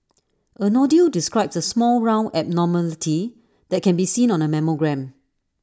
A nodule describes A small round abnormality that can be seen on A mammogram